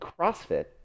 CrossFit